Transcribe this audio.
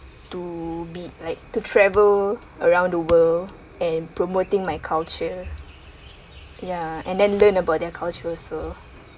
to be like to travel around the world and promoting my culture ya and then learn about their culture also